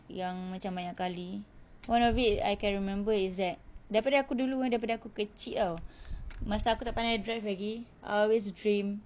yang macam banyak kali one of it I can remember is that daripada aku dulu daripada aku kecil tau masa aku dah pandai drive lagi I always dream